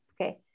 Okay